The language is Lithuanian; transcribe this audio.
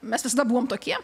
mes visada buvom tokie